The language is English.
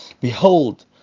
behold